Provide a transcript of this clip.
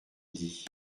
dit